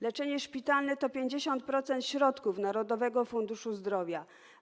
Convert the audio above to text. Leczenie szpitalne to 50% środków Narodowego Funduszu Zdrowia.